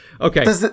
Okay